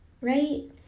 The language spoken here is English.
right